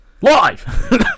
Live